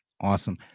Awesome